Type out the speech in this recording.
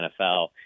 NFL